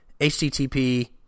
http